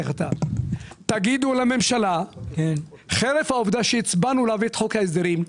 תגידו לממשלה שחרף העובדה שהצבענו להביא את חוק ההסדרים,